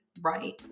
right